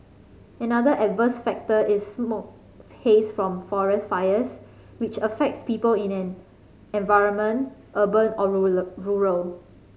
another adverse factor is smoke haze from forest fires which affects people in an environment urban or rural